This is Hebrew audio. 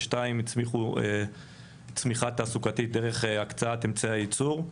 ושתיים הבטיחו צמיחה תעסוקתית דרך הקצאת אמצעי הייצור.